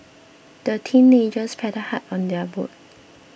the teenagers paddled hard on their boat